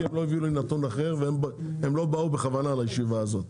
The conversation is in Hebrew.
כי הם לא הביאו לי נתון אחר והם לא באו בכוונה לישיבה הזאת.